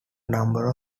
number